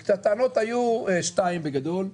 הטענות היו שתיים בגדול: